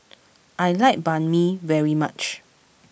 I like Banh Mi very much